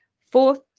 Fourth